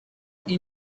those